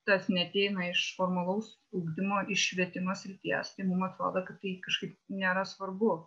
tas neateina iš formalaus ugdymo iš švietimo srities tai mum atrodo kad tai kažkaip nėra svarbu